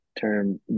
term